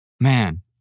man